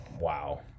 Wow